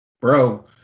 Bro